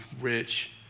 rich